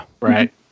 right